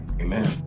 Amen